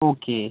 okay